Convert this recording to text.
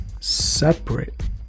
separate